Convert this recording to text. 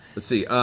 let's see,